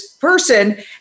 person